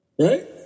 Right